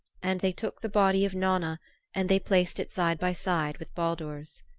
and they took the body of nanna and they placed it side by side with baldur's.